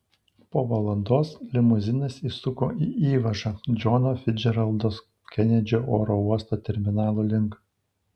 po valandos limuzinas įsuko į įvažą džono ficdžeraldo kenedžio oro uosto terminalų link